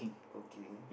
okay